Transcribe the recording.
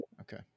Okay